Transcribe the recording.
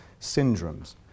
syndromes